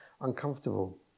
uncomfortable